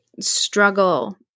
struggle